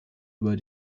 über